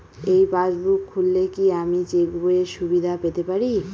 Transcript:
এই পাসবুক খুললে কি আমি চেকবইয়ের সুবিধা পেতে পারি?